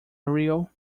aerial